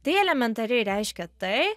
tai elementariai reiškia tai